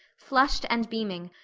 flushed and beaming,